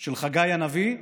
של חגי הנביא,